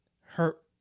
hurt